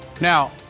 Now